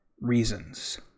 reasons